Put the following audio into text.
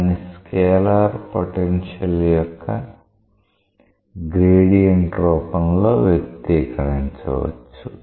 దాన్ని scalar potential యొక్క gradient రూపంలో వ్యక్తీకరించవచ్చు